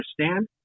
understand